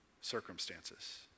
circumstances